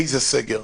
איזה סגר?